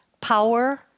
power